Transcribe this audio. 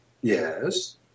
Yes